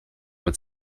mit